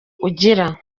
ugira